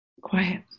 Quiet